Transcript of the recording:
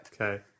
Okay